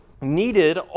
needed